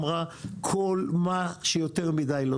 אמרה: כל מה שיותר מדי,